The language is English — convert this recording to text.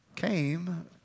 came